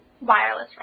wireless